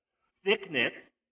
sickness